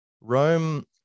Rome